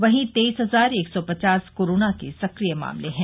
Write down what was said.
वहीं तेईस हजार एक सौ पचास कोरोना के सक्रिय मामले हैं